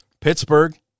Pittsburgh